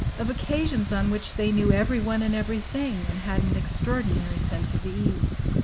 of occasions on which they knew everyone and everything and had an extraordinary sense of ease